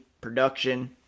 production